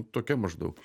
tokia maždaug